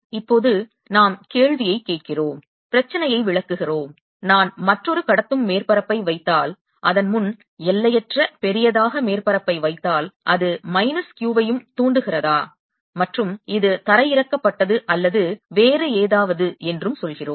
இப்போது நாம் கேள்வியைக் கேட்கிறோம் பிரச்சினையை விளக்குகிறோம் நான் மற்றொரு கடத்தும் மேற்பரப்பை வைத்தால் அதன் முன் எல்லையற்ற பெரியதாக மேற்பரப்பை வைத்தால் அது மைனஸ் Q வையும் தூண்டுகிறதா மற்றும் இது தரையிறக்கப்பட்டது அல்லது வேறு ஏதாவது என்றும் சொல்கிறோம்